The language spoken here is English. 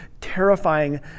terrifying